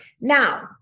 Now